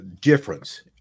difference